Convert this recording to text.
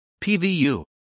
PVU